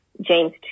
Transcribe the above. James